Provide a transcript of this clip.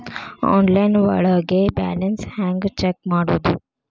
Online ಒಳಗೆ balance ಹ್ಯಾಂಗ check ಮಾಡೋದು?